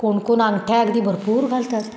कोण कोण अंगठ्या अगदी भरपूर घालतात